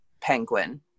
Penguin